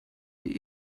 die